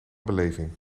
beleving